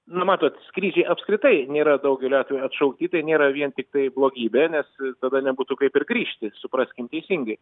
nu matot skrydžiai apskritai nėra daugeliu atveju atšaukti tai nėra vien tiktai blogybė nes tada nebūtų kaip ir grįžti supraskim teisingai